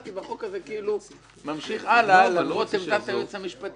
שהחוק הזה יובא ביוזמת ארבעה חברי כנסת שמזוהים עם הימין הקיצוני,